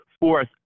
Fourth